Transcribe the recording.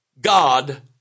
God